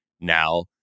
now